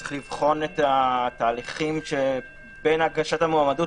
צריך לבחון את התהליכים שבין הגשת המועמדות